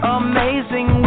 amazing